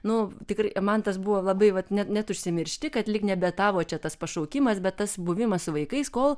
nu tikrai man tas buvo labai vat net net užsimiršti kad lyg nebetavo čia tas pašaukimas bet tas buvimas su vaikais kol